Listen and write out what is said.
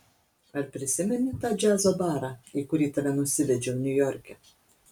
ar prisimeni tą džiazo barą į kurį tave nusivedžiau niujorke